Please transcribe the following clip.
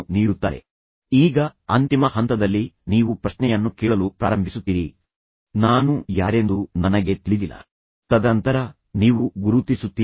ನಾನು ಈಗ ಹೇಳಿದ್ದೇನೆಂದರೆ ನೀವು ತಾಯಿಯಾಗಿದ್ದರೆ ನೀವು ಈ ವ್ಯಕ್ತಿಯನ್ನು ಹೇಗೆ ತಡೆಯುತ್ತೀರಿ ಮತ್ತು ನಂತರ ನೀವು ಇದನ್ನು ಹೇಗೆ ಮಾಡುತ್ತೀರಿ